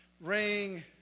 ring